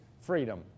freedom